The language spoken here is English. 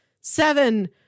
seven